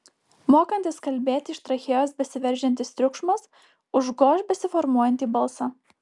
mokantis kalbėti iš trachėjos besiveržiantis triukšmas užgoš besiformuojantį balsą